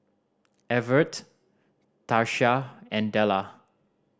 Evertt Tarsha and Della